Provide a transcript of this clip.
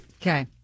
Okay